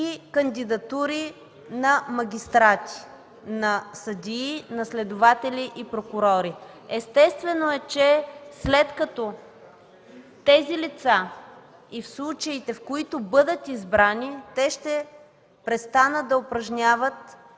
и кандидатури на магистрати, на съдии, на следователи и прокурори. Естествено е, че след като тези лица и в случаите, в които бъдат избрани, ще престанат да изпълняват